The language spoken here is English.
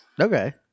Okay